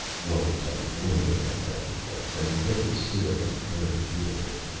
white and glimmering that valley was, and very still, and very beautiful,